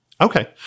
Okay